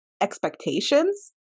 expectations